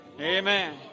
Amen